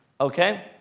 Okay